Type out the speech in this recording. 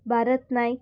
Bharat Naik